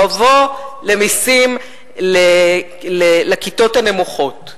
מבוא למסים לכיתות הנמוכות.